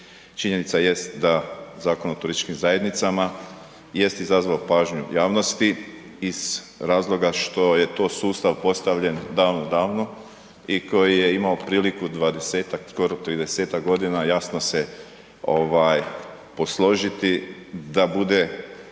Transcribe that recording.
činjenica jest da Zakon o turističkim zajednicama jest izazvao pažnju javnosti iz razloga što je to sustav postavljen davno, davno i koji je imao priliku 20-tak, skoro 30-tak godina jasno se posložiti da bude